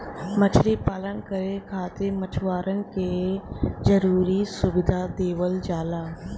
मछरी पालन करे खातिर मछुआरन के जरुरी सुविधा देवल जाला